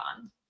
on